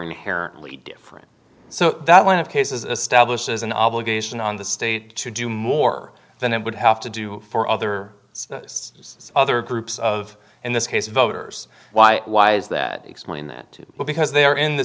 inherently different so that one of cases a stablish has an obligation on the state to do more than it would have to do for other other groups of in this case voters why why is that explained that well because they are in the